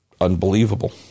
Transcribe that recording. unbelievable